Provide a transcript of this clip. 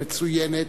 ומצוינת,